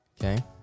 Okay